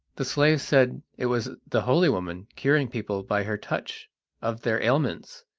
the slave said it was the holy woman, curing people by her touch of their ailments,